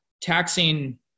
taxing